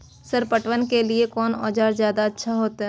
Sir पटवन के लीऐ कोन औजार ज्यादा अच्छा होते?